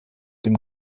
dem